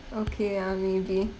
okay ya maybe